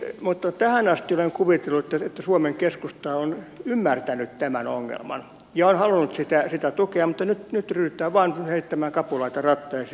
mutta tähän asti olen kuvitellut että suomen keskusta on ymmärtänyt tämän ongelman ja on halunnut tukea mutta nyt ryhdytään vain heittämään kapuloita rattaisiin